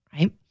right